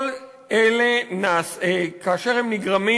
כל אלה, כאשר הם נגרמים,